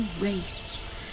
race